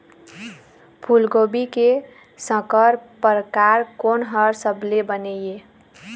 फूलगोभी के संकर परकार कोन हर सबले बने ये?